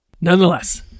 nonetheless